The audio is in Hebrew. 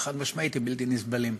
חד-משמעית הם בלתי נסבלים.